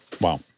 Wow